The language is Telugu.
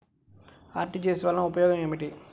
అర్.టీ.జీ.ఎస్ వలన ఉపయోగం ఏమిటీ?